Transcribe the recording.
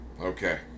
Okay